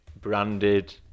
branded